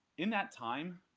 in that time,